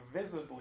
visibly